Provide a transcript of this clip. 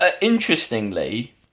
Interestingly